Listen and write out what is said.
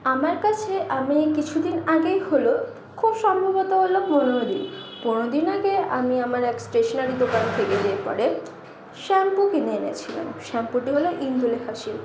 আমার কাছে আমি এই কিছুদিন আগেই হলো খুব সম্ভবত হলো পনেরো দিন পনেরো দিন আগে আমি আমার এক স্টেশনারি দোকান থেকে পরে শ্যাম্পু কিনে এনেছিলাম শ্যাম্পুটি হলো ইন্দুলেখা শ্যাম্পু